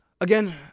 Again